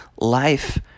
life